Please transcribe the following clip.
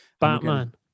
Batman